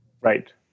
Right